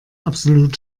absolut